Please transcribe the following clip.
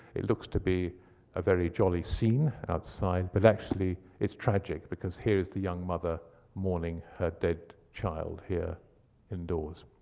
it looks to be a very jolly scene outside, but actually it's tragic, because here is the young mother mourning her dead child here indoors.